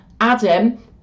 adam